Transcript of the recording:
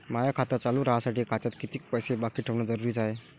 माय खातं चालू राहासाठी खात्यात कितीक पैसे बाकी ठेवणं जरुरीच हाय?